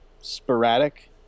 sporadic